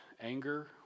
anger